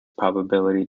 probability